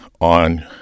on